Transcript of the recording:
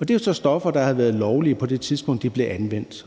og det er jo så stoffer, der har været lovlige, på det tidspunkt de blev anvendt.